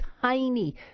tiny